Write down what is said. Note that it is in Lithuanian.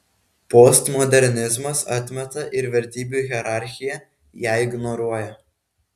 postmodernizmas atmeta ir vertybių hierarchiją ją ignoruoja